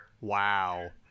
wow